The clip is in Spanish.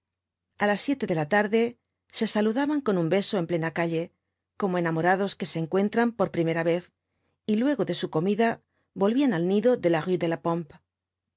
a las siete de la tarde se saludaban con un beso en plena calle como enamorados que se encuentran por primera vez y luego de su comida volvían al nido de la me de la pompe